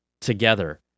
together